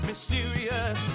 mysterious